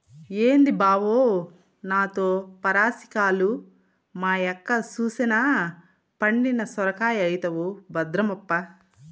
ఏంది బావో నాతో పరాసికాలు, మా యక్క సూసెనా పండిన సొరకాయైతవు భద్రమప్పా